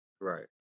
Right